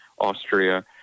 Austria